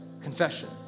confession